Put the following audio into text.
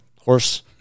horse